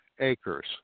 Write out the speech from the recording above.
acres